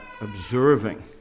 observing